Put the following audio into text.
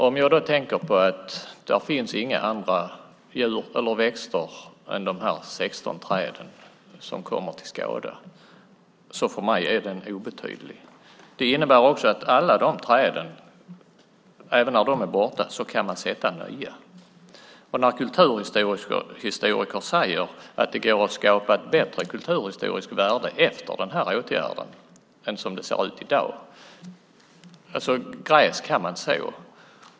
Om jag då tänker på att där inte finns några andra djur eller växter än de 16 träd som kommer till skada är de för mig obetydliga. Det innebär också att även när alla de träden är borta kan man plantera nya. Kulturhistoriker säger att det går att skapa ett bättre kulturhistoriskt värde efter den här åtgärden än det som finns i dag. Gräs kan man så.